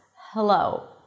Hello